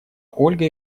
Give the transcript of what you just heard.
ольга